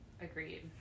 Agreed